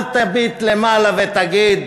אל תביט למעלה ותגיד: